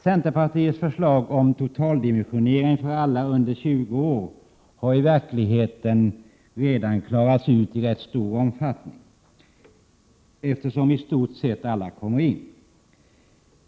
Centerpartiets förslag om totaldimensionering för alla under 20 år har i verkligheten redan klarats ut i rätt stor omfattning, eftersom i stort sett alla som söker kommer in.